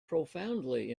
profoundly